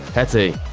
petty.